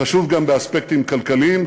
חשוב גם באספקטים כלכליים,